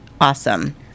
awesome